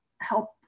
help